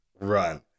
run